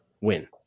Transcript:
Win